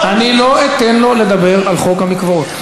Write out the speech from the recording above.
אני לא אתן לך לדבר על חוק המקוואות.